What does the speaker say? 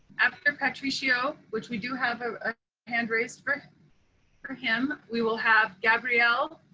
after patricio, which we do have a hand raised for for him, we will have gabrielle.